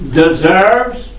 deserves